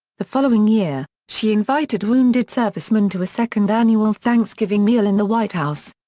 the following year, she invited wounded servicemen to a second annual thanksgiving meal in the white house.